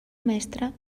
mestre